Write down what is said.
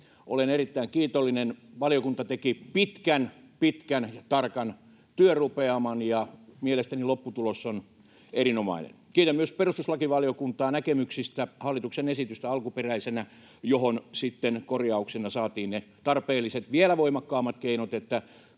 Olen erittäin kiitollinen. Valiokunta teki pitkän, pitkän ja tarkan työrupeaman, ja mielestäni lopputulos on erinomainen. Kiitän myös perustuslakivaliokuntaa näkemyksistä alkuperäiseen hallituksen esitykseen, johon sitten korjauksena saatiin ne tarpeelliset, vielä voimakkaammat keinot,